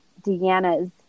Deanna's